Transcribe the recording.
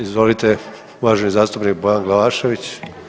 Izvolite, uvaženi zastupnik Bojan Glavašević.